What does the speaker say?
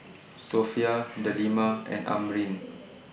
Sofea Delima and Amrin